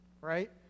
right